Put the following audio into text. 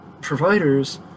providers